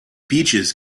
beaches